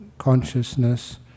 Consciousness